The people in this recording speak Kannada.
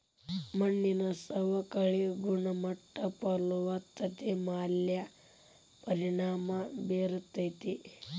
ಮಣ್ಣಿನ ಸವಕಳಿ ಗುಣಮಟ್ಟ ಫಲವತ್ತತೆ ಮ್ಯಾಲ ಪರಿಣಾಮಾ ಬೇರತತಿ